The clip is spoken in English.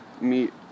meet